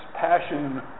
Passion